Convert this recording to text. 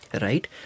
right